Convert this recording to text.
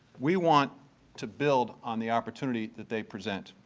we want to build on the opportunity that they present.